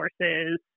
sources